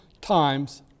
times